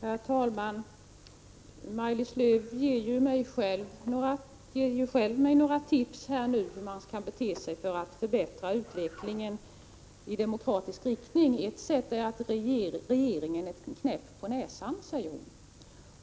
Herr talman! Maj-Lis Lööw ger mig ju själv ett tips om hur man kan bete sig för att förbättra utvecklingen i demokratisk riktning. Ett sätt är att ge regeringen en knäpp på näsan, säger hon.